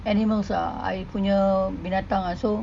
animals ah I punya binatang ah so